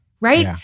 Right